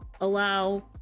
allow